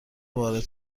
وارد